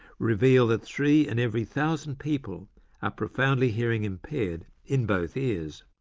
reveal that three in every thousand people are profoundly hearing impaired in both ears.